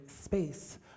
space